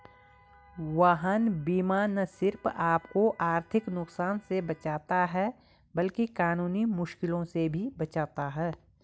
वाहन बीमा न सिर्फ आपको आर्थिक नुकसान से बचाता है, बल्कि कानूनी मुश्किलों से भी बचाता है